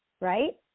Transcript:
right